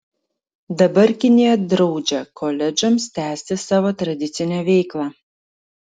dabar kinija draudžia koledžams tęsti savo tradicinę veiklą